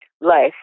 Life